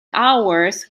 hours